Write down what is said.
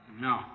No